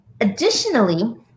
Additionally